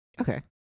Okay